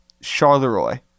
Charleroi